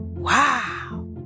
Wow